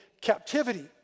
captivity